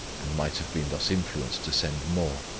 and might have been thus influenced to send more.